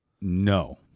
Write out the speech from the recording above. No